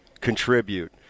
contribute